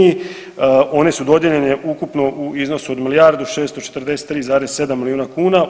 One su dodijeljene ukupno u iznosu od milijardu 643,7 miliona kuna.